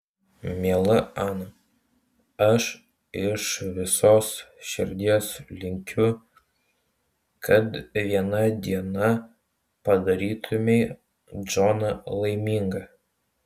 miela ana aš iš visos širdies linkiu kad vieną dieną padarytumei džoną laimingą